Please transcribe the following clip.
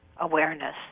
awareness